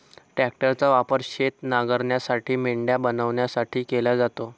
ट्रॅक्टरचा वापर शेत नांगरण्यासाठी, मेंढ्या बनवण्यासाठी केला जातो